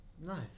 Nice